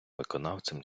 виконавцем